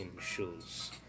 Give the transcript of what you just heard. shows